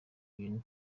ibintu